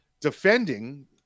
defending